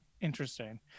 interesting